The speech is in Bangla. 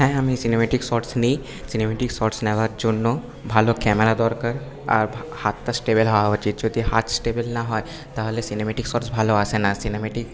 হ্যাঁ আমি সিনেমেটিক শর্টস নিই সিনেমেটিক শর্টস নেওয়ার জন্য ভালো ক্যামেরা দরকার আর হাতটা স্টেবেল হওয়া উচিৎ যে যদি হাত স্টেবেল না হয় তাহলে সিনেমেটিক শর্টস ভালো আসে না সিনেমেটিক